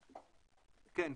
כן,